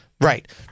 Right